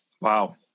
Wow